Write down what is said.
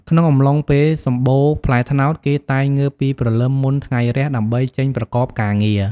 ក្នុងអំឡុងពេលសំបូរផ្លែត្នោត គេតែងងើបពីព្រលឹមមុនថ្ងៃរះ ដើម្បីចេញប្រកបការងារ។